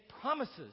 promises